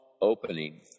opening